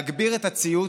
להגביר את הציות